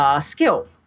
skill